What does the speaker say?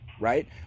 right